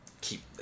keep